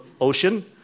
ocean